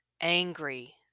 angry